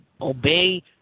obey